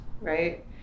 right